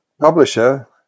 publisher